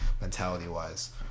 mentality-wise